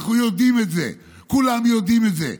אנחנו יודעים את זה, כולם יודעים את זה.